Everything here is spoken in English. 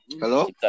Hello